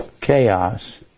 Chaos